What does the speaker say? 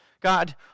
God